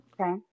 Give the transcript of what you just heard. Okay